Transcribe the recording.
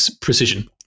precision